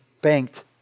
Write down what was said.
banked